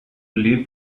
leave